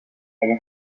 est